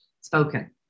spoken